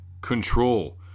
control